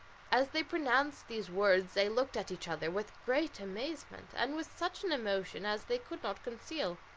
as they pronounced these words they looked at each other with great amazement, and with such an emotion as they could not conceal.